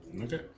Okay